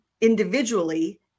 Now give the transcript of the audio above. individually